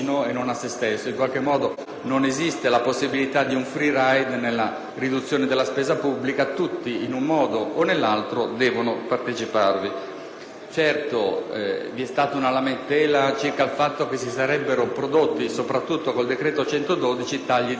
Non esiste la possibilità di un *free ride* nella riduzione della spesa pubblica: tutti, in un modo o nell'altro, devono parteciparvi. Certo, vi è stata una lamentela circa il fatto che si sarebbero prodotti, soprattutto con il decreto-legge n. 112, tagli di natura orizzontale.